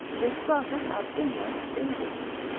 vis frater ab illia ilibus?